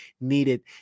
needed